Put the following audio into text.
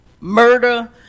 Murder